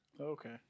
Okay